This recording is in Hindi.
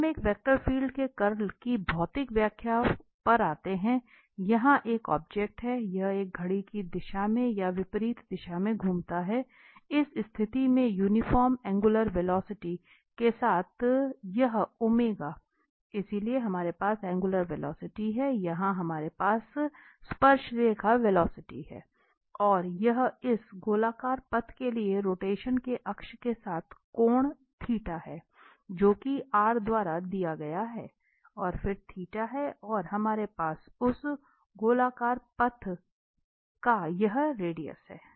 तो हम एक वेक्टर फील्ड के कर्ल की भौतिक व्याख्या पर आते हैं यहां एक ऑब्जेक्ट है यह एक घड़ी की दिशा में या विपरीत दिशा में घूमता हैइस स्थिती में यूनिफॉर्म एंगुलर वेलॉसिटी के साथ यह ओमेगा इसलिए हमारे पास एंगुलर वेलॉसिटी है यहां हमारे पास स्पर्शरेखा वेलॉसिटी है और यह इस गोलाकार पथ के लिए रोटेशन के अक्ष के साथ कोण है जो कि द्वारा दिया गया है और फिर है और हमारे पास उस गोलाकार पथ का यह रेडियस है